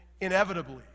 inevitably